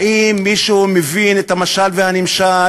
האם מישהו מבין את המשל והנמשל?